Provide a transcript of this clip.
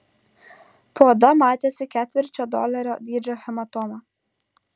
po oda matėsi ketvirčio dolerio dydžio hematoma